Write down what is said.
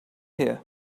here